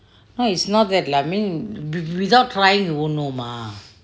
no it's not that lah mean without trying we don't know mah